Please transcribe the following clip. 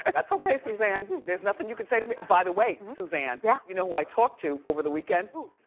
and that's okay suzanne. there's nothing you can say to me. by the way, suzanne, yeah you know who i talked to over the weekend. who?